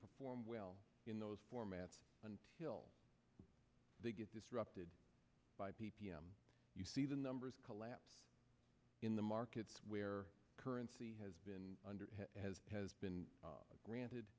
perform well in those formats until they get disrupted by p p m you see the numbers collapse in the markets where currency has been under as has been granted